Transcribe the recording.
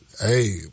Hey